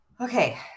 Okay